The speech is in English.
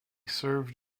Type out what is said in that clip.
served